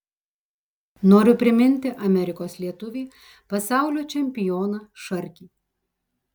noriu priminti amerikos lietuvį pasaulio čempioną šarkį